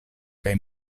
kaj